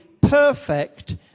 perfect